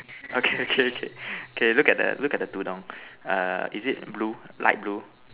okay okay okay okay look at the look at the Tudung is it blue is it light blue